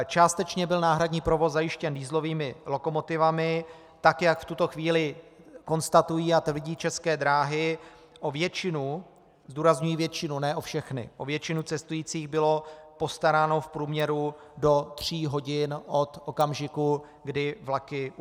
Částečně byl náhradní provoz zajištěn dieselovými lokomotivami, tak jak v tuto chvíli konstatují a tvrdí České dráhy, o většinu, zdůrazňuji většinu, ne o všechny, o většinu cestujících bylo postaráno v průměru do tří hodin od okamžiku, kdy vlaky uvízly.